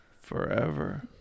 forever